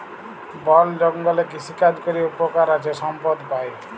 বল জঙ্গলে কৃষিকাজ ক্যরে উপকার আছে সম্পদ পাই